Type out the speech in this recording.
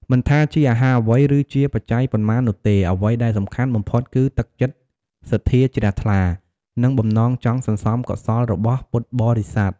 មិនថាជាអាហារអ្វី ឬជាបច្ច័យប៉ុន្មាននោះទេ អ្វីដែលសំខាន់បំផុតគឺទឹកចិត្តសទ្ធាជ្រះថ្លា និងបំណងចង់សន្សំកុសលរបស់ពុទ្ធបរិស័ទ។